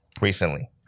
recently